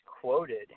quoted